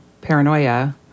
paranoia